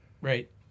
right